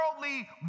worldly